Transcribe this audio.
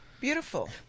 Beautiful